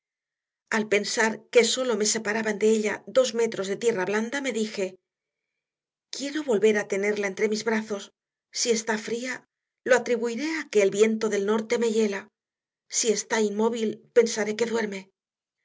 al pensar que sólo me separaban de ella dos metros de tierra blanda me dije quiero volver a tenerla entre mis brazos si está fría lo atribuiré a que el viento del norte me hiela si está inmóvil pensaré que duerme